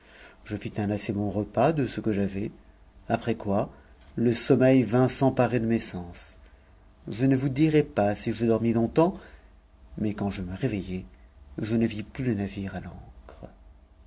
je fis un assez bon repas de ce que j'avais après quoi le sommeil vint s'emparer de mes sens je ne vous dirai pas si je dormis longtemps mais quand je me réveillai je ne vis plus le navire à i'ancre